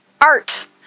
Art